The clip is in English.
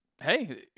hey